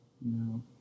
No